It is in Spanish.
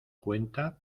cuenta